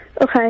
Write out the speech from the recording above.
Okay